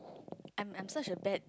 I'm I'm such a bad